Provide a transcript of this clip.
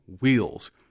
wheels